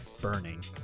burning